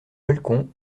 balcon